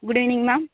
good evening ma'am